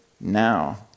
now